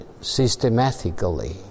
systematically